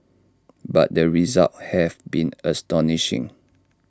but the results have been astonishing